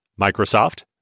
Microsoft